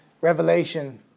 Revelation